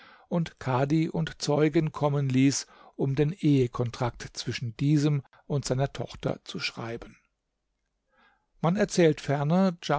und kadhi und zeugen kommen ließ um den ehekontrakt zwischen diesem und seiner tochter zu schreiben man erzählt ferner